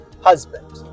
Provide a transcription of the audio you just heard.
husband